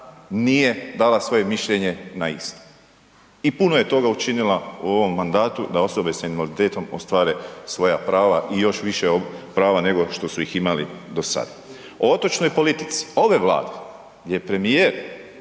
nije dala svoje mišljenje na isto. I puno je toga učinila u ovom mandatu da osobe s invaliditetom ostvare svoja prava i još više prava nego što su ih imali do sad. O otočnoj politici ove Vlade je premijer